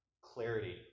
clarity